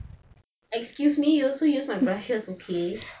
excuse me you also use my brushes okay